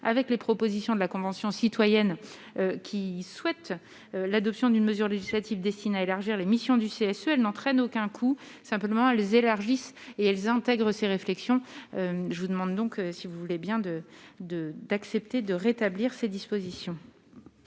avec les propositions de la Convention citoyenne qui souhaite l'adoption d'une mesure législative destinée à élargir les missions du CSE elle n'entraîne aucun coût simplement elles élargissent et elles intègrent ces réflexions, je vous demande donc si vous voulez bien de, de, d'accepter de rétablir ces dispositions.